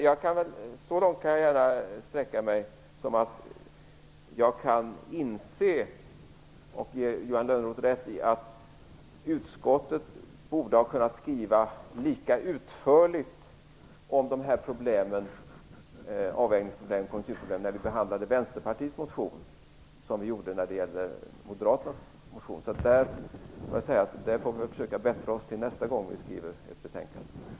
Jag kan sträcka mig så långt som att jag kan inse och ge Johan Lönnroth rätt i att utskottet borde ha kunnat skriva lika utförligt om dessa avvägningsproblem och konjunkturproblem när vi behandlade Vänsterpartiets motion som vi gjorde när vi behandlade Moderaternas motion. Vi får försöka bättra oss till nästa gång vi skriver ett betänkande.